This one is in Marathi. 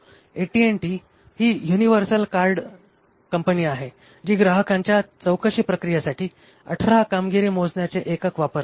AT T ही युनिवर्सल कार्ड कंपनी आहे जी ग्राहकांच्या चौकशी प्रक्रियेसाठी अठरा कामगिरी मोजण्याचे एकक वापरते